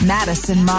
Madison